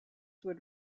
would